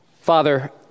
Father